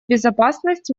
безопасность